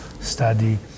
study